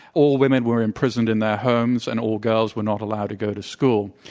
all women were imprisoned in their homes, and all girls were not allowed to go to school.